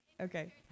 Okay